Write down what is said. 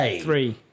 three